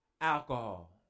alcohol